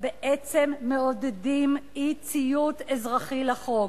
בעצם מעודדים אי-ציות אזרחי לחוק.